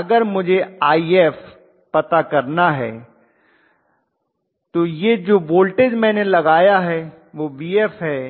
अगर मुझे If पता करना है तो यह जो वोल्टेज मैंने लगाया है वह Vf है